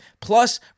Plus